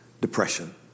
depression